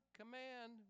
command